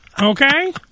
Okay